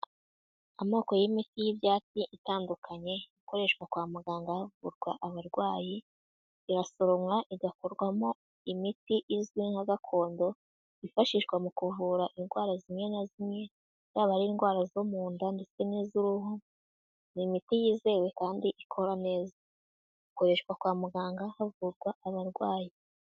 Amoko y'imiti y'ibyatsi itandukanye ikoreshwa kwa muganga havurwa abarwayi, irasoromwa igakorwamo imiti izwi nka gakondo, yifashishwa mu kuvura indwara zimwe na zimwe, yaba ari indwara zo mu nda ndetse n'iz'uruhu, ni imiti yizewe kandi ikora neza. Ikoreshwa kwa muganga havurwa abarwayi.